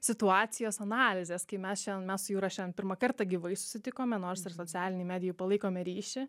situacijos analizės kai mes šian mes su jūra šian pirmą kartą gyvai susitikome nors ir socialinėj medijoj palaikome ryšį